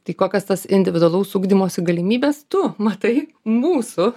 tai kokias tas individualaus ugdymosi galimybes tu matai mūsų